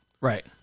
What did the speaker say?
Right